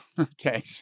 Okay